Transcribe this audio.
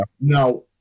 Now